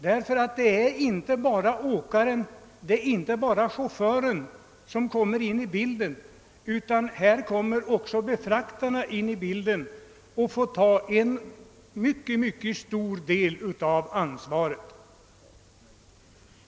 Det är ju inte bara åkaren eller chauffören som kommer in i bilden, utan också befraktarna får ta en mycket stor del av ansvaret.